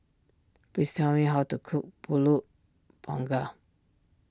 please tell me how to cook Pulut Panggang